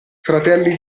fratelli